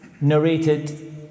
narrated